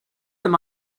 them